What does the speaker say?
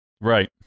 Right